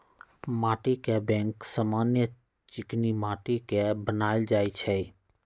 माटीके बैंक समान्य चीकनि माटि के बनायल जाइ छइ